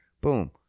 Boom